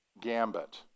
gambit